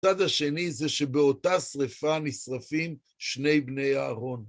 הצד שני זה שבאותה שריפה נשרפים שני בני הארון.